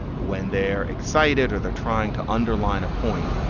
when they're excited or they're trying to underline a point,